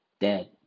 dead